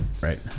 Right